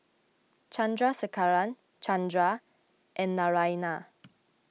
Chandrasekaran Chandra and Naraina